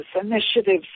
initiatives